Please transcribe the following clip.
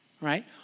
right